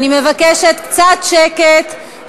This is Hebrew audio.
אני מבקשת קצת שקט,